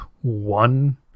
one